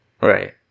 Right